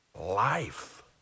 life